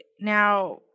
Now